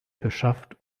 beschafft